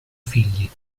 figli